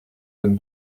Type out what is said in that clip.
donne